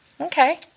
okay